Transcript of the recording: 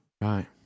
Right